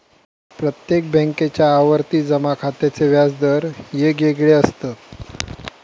प्रत्येक बॅन्केच्या आवर्ती जमा खात्याचे व्याज दर येगयेगळे असत